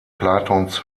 platons